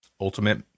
ultimate